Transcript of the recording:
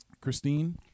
Christine